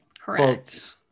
correct